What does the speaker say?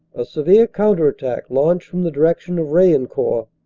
a severe counter-attack launched from the direction of raillencourt,